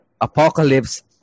Apocalypse